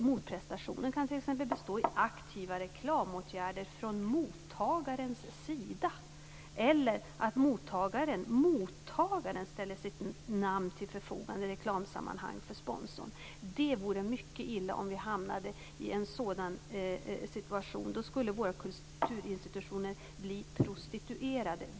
Motprestationen kan t.ex. bestå i aktiva reklamåtgärder från mottagarens sida eller av att mottagaren ställer sitt namn till förfogande för sponsorn i reklamsammanhang. Det vore mycket illa om vi hamnade i en sådan situation. Då skulle våra kulturinstitutioner bli prostituerade.